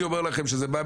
אני אומר לכם שזה בא,